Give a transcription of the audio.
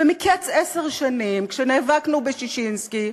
ומקץ עשר שנים, כשנאבקנו בששינסקי,